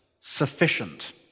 sufficient